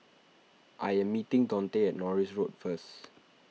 I am meeting Daunte at Norris Road first